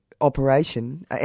operation